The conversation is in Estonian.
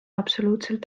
absoluutselt